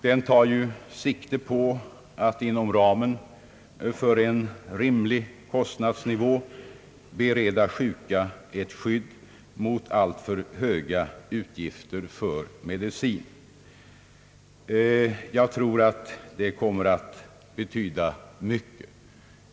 Den tar sikte på att inom ramen för en rimlig kostnadsnivå bereda sjuka människor ett skydd mot alltför höga utgifter för medicin. Jag tror att reformen kommer att betyda mycket.